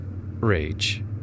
Rage